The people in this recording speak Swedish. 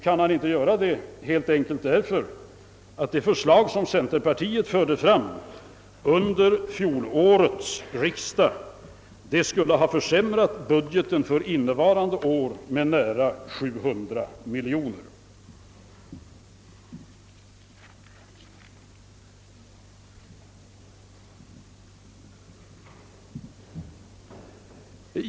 Han kan inte göra det, helt enkelt därför att det förslag som centerpartiet förde fram under fjolårets riksdag skulle ha försämrat budgeten för innevarande budgetår med nära 700 miljoner kronor.